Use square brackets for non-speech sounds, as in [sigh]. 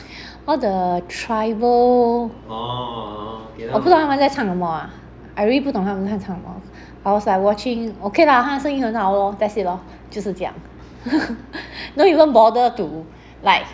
all the tribal 我不懂他们在唱什么啊 I really 不懂他们在唱什么 I was like watching okay lah 他声音很好 lor that's it lor 就是这样 [laughs] don't even bothered to like